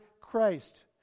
Christ